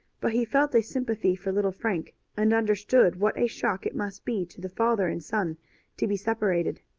but he felt a sympathy for little frank, and understood what a shock it must be to the father and son to be separated.